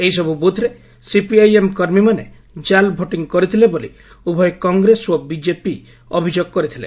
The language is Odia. ଏହିସବୁ ବୁଥ୍ରେ ସିପିଆଇଏମ୍ କର୍ମୀମାନେ ଜାଲ୍ ଭୋଟିଂ କରିଥିଲେ ବୋଲି ଉଭୟ କଂଗ୍ରେସ ଓ ବିଜେପି ଅଭିଯୋଗ କରିଥିଲେ